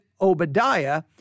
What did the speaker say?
Obadiah